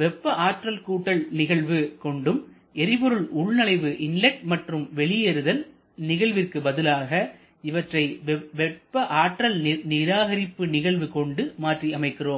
வெப்ப ஆற்றல் கூட்டல் நிகழ்வு கொண்டும் எரிபொருள் உள்நுழைவு மற்றும் வெளியேறுதல் நிகழ்விற்கு பதிலாக இவற்றை வெப்ப ஆற்றல் நிராகரிப்பு நிகழ்வு கொண்டு மாற்றி அமைக்கிறோம்